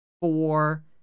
four